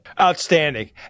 Outstanding